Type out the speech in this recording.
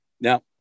Now